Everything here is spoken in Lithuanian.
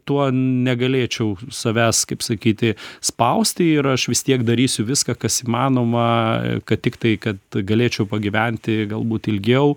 tuo negalėčiau savęs kaip sakyti spausti ir aš vis tiek darysiu viską kas įmanoma kad tiktai kad galėčiau pagyventi galbūt ilgiau